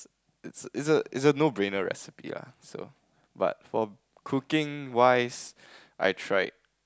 it's a it's a it's a no brainer recipe lah so but for cooking wise I tried